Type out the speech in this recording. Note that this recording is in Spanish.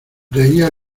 reía